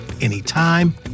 anytime